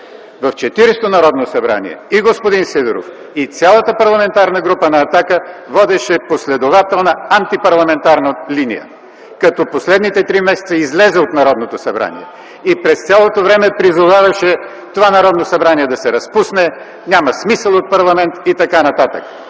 В 40-ото Народно събрание и господин Сидеров, и цялата Парламентарна група на „Атака” водеше последователна антипарламентарна линия, като последните три месеци излезе от Народното събрание и през цялото време призоваваше това Народно събрание да се разпусне, няма смисъл от парламент и т.н.